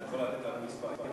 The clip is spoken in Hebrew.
את יכולה לתת לנו מספרים?